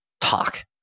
talk